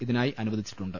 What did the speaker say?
ഇതിനായി അനുവദിച്ചിട്ടുണ്ട്